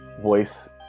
voice